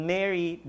Mary